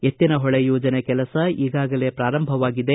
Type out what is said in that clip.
ಎತ್ತಿನಹೊಳೆ ಯೋಜನೆ ಕೆಲಸ ಈಗಾಗಲೇ ಪ್ರಾರಂಭವಾಗಿದೆ